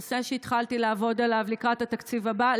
נושא שהתחלתי לעבוד עליו לקראת התקציב הבא.